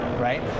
Right